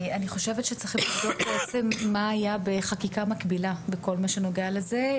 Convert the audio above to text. אני חושבת שצריך לבדוק מה היה בחקיקה מקבילה בכל מה שנוגע לזה.